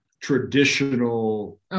traditional